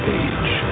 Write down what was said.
age